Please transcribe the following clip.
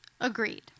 agreed